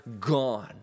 gone